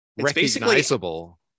recognizable